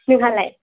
नोंहालाय